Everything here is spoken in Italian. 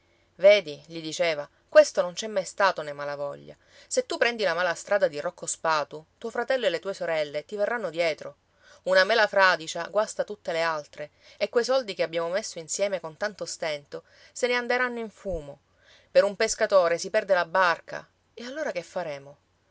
vedi gli diceva questo non c'è mai stato nei malavoglia se tu prendi la mala strada di rocco spatu tuo fratello e le tue sorelle ti verranno dietro una mela fradicia guasta tutte le altre e quei soldi che abbiamo messo insieme con tanto stento se ne anderanno in fumo per un pescatore si perde la barca e allora che faremo